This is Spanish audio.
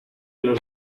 los